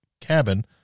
cabin